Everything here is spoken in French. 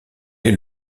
est